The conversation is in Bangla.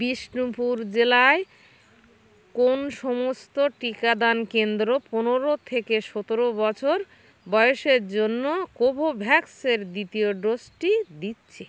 বিষ্ণুপুর জেলায় কোন সমস্ত টিকাদান কেন্দ্র পনেরো থেকে সতেরো বছর বয়েসের জন্য কোভোভ্যাক্সের দ্বিতীয় ডোজটি দিচ্ছে